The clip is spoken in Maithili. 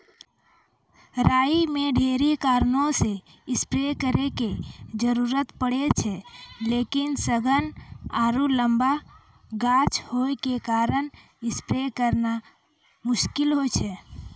राई मे ढेरी कारणों से स्प्रे करे के जरूरत पड़े छै लेकिन सघन आरु लम्बा गाछ होय के कारण स्प्रे करना मुश्किल होय छै?